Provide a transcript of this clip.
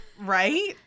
Right